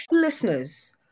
Listeners